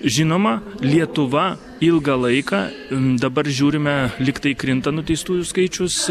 žinoma lietuva ilgą laiką dabar žiūrime lyg tai krinta nuteistųjų skaičius